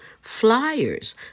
flyers